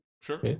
Sure